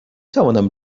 توانم